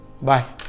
Bye